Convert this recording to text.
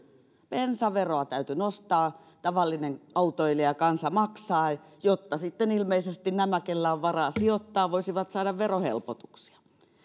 bensaveroa täytyi nostaa tavallinen autoilija ja kansa maksavat jotta sitten ilmeisesti nämä keillä on varaa sijoittaa voisivat saada verohelpotuksia